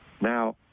Now